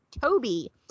Toby